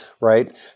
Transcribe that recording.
right